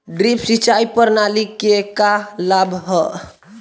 Drip सिंचाई प्रणाली के का लाभ ह?